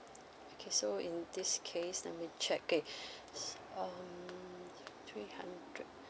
okay so in this case let me check okay um